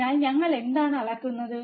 അതിനാൽ ഞങ്ങൾ എന്താണ് അളക്കുന്നത്